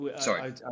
Sorry